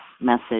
message